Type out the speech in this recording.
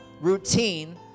routine